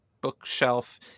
bookshelf